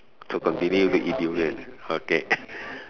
so continue to eat durian okay